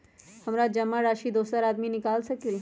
हमरा जमा राशि दोसर आदमी निकाल सकील?